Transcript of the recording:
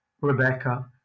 Rebecca